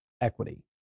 equity